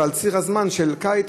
ובציר הזמן של קיץ,